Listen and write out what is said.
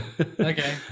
Okay